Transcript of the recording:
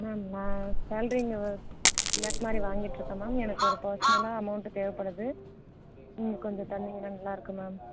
ma'am நான் salary three lakh மாரி வாங்கிட்டிருக்கேன் மேம் எனக்கு ஒரு பர்ஸ்னலாக அமௌண்ட்டு தேவைப்படுது நீங்கள் கொஞ்சம் தந்திங்கனால் நல்லாயிருக்கும் மேம்